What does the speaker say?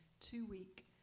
two-week